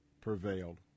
prevailed